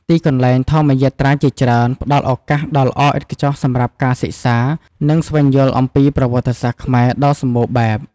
ទីកន្លែងធម្មយាត្រាជាច្រើនផ្តល់ឱកាសដ៏ល្អឥតខ្ចោះសម្រាប់ការសិក្សា និងស្វែងយល់អំពី ប្រវត្តិសាស្ត្រខ្មែរ ដ៏សម្បូរបែប។